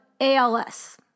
ALS